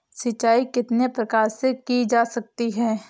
सिंचाई कितने प्रकार से की जा सकती है?